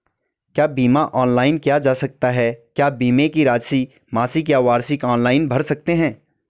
क्या बीमा ऑनलाइन किया जा सकता है क्या बीमे की राशि मासिक या वार्षिक ऑनलाइन भर सकते हैं?